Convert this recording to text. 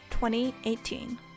2018